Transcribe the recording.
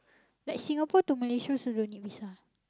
like Singapore to Malaysia also don't need Visa